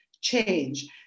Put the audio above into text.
change